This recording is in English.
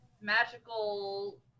magical